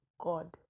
God